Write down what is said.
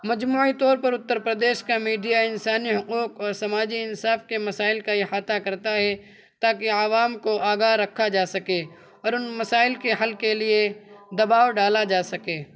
مجموعی طور پر اتّر پردیش کا میڈیا انسانی حقوق اور سماجی انصاف کے مسائل کا احاطہ کرتا ہے تاکہ عوام کو آگاہ رکھا جا سکے اور ان مسائل کے حل کے لیے دباؤ ڈالا جا سکے